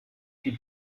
die